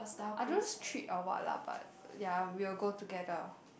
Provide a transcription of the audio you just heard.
I don't know is treat or what lah but ya we'll go together